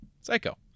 psycho